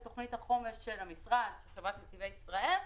תוכנית החומש של המשרד וחברת נתיבי ישראל,